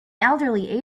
elderly